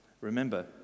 Remember